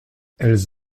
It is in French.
elles